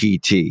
pt